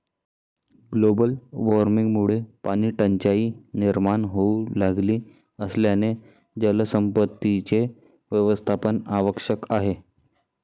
global वॉर्मिंगमुळे पाणीटंचाई निर्माण होऊ लागली असल्याने जलसंपत्तीचे व्यवस्थापन आवश्यक आहे